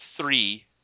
three